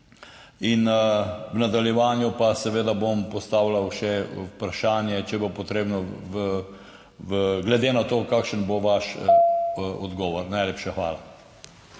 V nadaljevanju pa seveda bom postavljal še vprašanje, če bo potrebno, glede na to, kakšen bo vaš odgovor. Najlepša hvala.